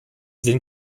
sind